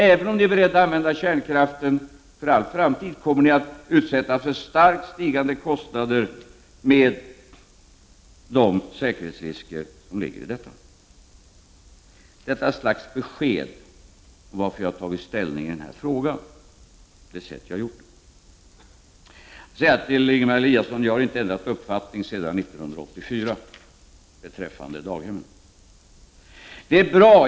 Även om ni är beredda att använda kärnkraften för all framtid, kommer ni att utsättas för starkt stigande kostnader på grund av de säkerhetsrisker som är förenade med detta. Detta är ett slags besked om varför jag har tagit ställning i denna fråga på det sätt som jag har gjort. Jag vill säga Ingemar Eliasson att jag inte har ändrat uppfattning sedan 1984 beträffande daghemmen.